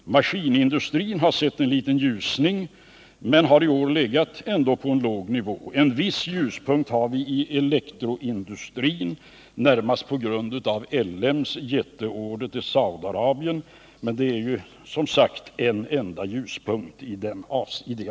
Maskinindustrin har sett en liten ljusning men har i år ändå legat på en låg nivå. En viss ljuspunkt har vi i elektroindustrin, närmast på grund av LM Ericssons jätteorder från Saudi Arabien. Men det är som sagt den enda ljuspunkten på det området.